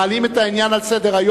מעלים את העניין על סדר-היום.